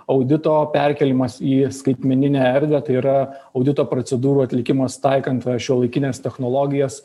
audito perkėlimas į skaitmeninę erdvę tai yra audito procedūrų atlikimas taikant šiuolaikines technologijas